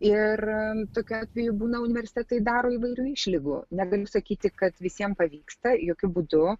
ir tokiu atveju būna universitetai daro įvairių išlygų negaliu sakyti kad visiems pavyksta jokiu būdu